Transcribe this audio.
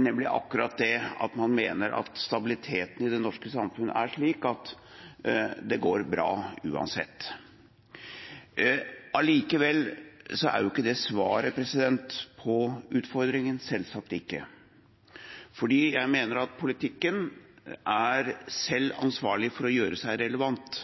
nemlig at man mener at stabiliteten i det norske samfunnet er slik at det går bra uansett. Allikevel er ikke det svaret på utfordringa, selvsagt ikke. Jeg mener at politikken selv er ansvarlig for å gjøre seg relevant.